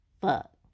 fuck